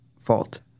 fault